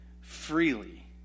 freely